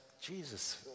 Jesus